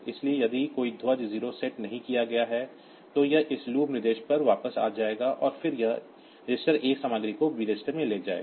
इसलिए यदि कोई 0 ध्वज सेट किया गया है तो यह इस लूप निर्देश पर वापस आ जाएगा और फिर यह रजिस्टर A सामग्री को B रजिस्टर में ले जाएगा